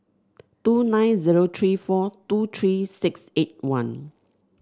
two nine zero three four two three six eight one